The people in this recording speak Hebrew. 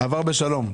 עבר בשלום.